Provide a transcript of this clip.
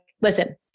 listen